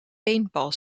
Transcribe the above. paintball